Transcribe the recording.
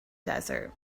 desert